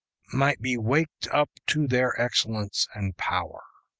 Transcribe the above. might be waked up to their excellence and power.